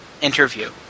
interview